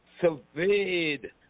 surveyed